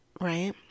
right